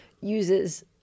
uses